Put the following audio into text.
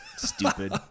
Stupid